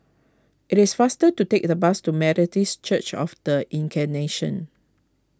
it is faster to take the bus to Methodist Church of the Incarnation